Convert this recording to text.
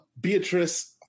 Beatrice